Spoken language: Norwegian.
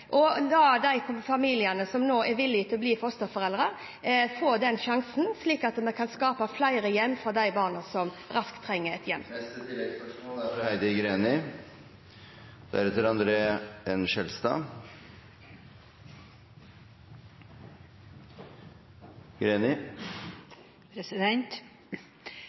og la de familiene som nå er villige til å bli fosterforeldre, få den sjansen, slik at vi kan skape flere hjem for de barna som raskt trenger et hjem. Heidi Greni – til neste